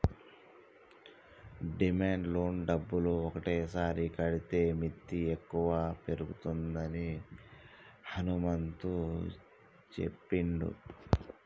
demand loan డబ్బులు ఒకటేసారి కడితే మిత్తి ఎక్కువ పడుతుందని హనుమంతు చెప్పిండు